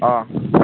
अ